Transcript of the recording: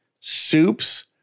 soups